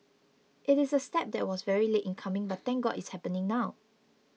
it is a step that was very late in coming but thank God it's happening now